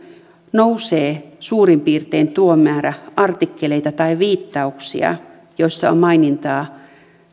nousee suurin piirtein tuo määrä artikkeleita tai viittauksia joissa on mainintaa